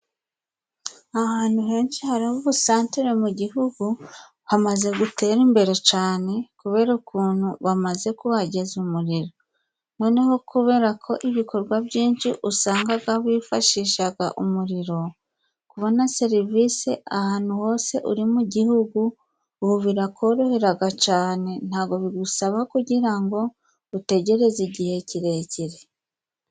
Ahantu henshi hari ubusantere mu gihugu, hamaze gutera imbere cane, kubera ukuntu bamaze kuhageza umuriro. Noneho kubera ko ibikorwa byinshi usangaga wifashishaga umuriro, kubona serivisi ahantu hose uri mu gihugu, ubu birakoroheraga cane. ntago bigusaba kugira ngo utegereze igihe kirekire.